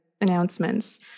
announcements